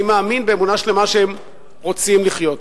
אני מאמין באמונה שלמה שהם רוצים לחיות פה.